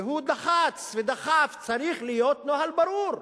והוא לחץ ודחף: צריך להיות נוהל ברור,